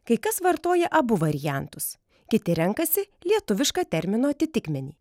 kai kas vartoja abu variantus kiti renkasi lietuvišką termino atitikmenį